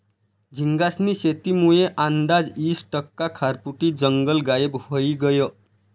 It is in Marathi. झींगास्नी शेतीमुये आंदाज ईस टक्का खारफुटी जंगल गायब व्हयी गयं